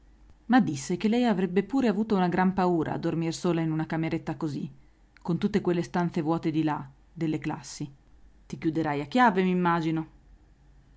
ma disse che lei avrebbe pure avuto una gran paura a dormir sola in una cameretta così con tutte quelle stanze vuote di là delle classi ti chiuderai a chiave m'immagino